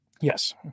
Yes